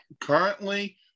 currently